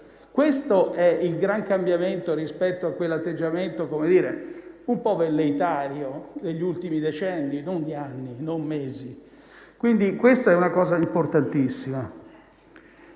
Questo è il grande cambiamento rispetto a quell'atteggiamento un po' velleitario degli ultimi decenni (non di anni o di mesi), quindi questa è una cosa importantissima.